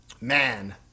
man